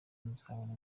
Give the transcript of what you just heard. nzabone